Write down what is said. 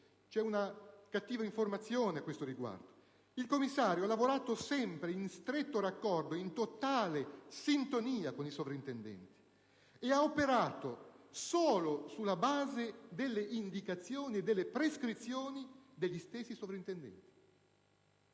c'è una cattiva informazione a questo riguardo), il commissario ha lavorato sempre in stretto raccordo e in totale sintonia con i soprintendenti e ha operato solo sulla base delle indicazioni e delle prescrizioni degli stessi: il